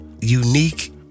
unique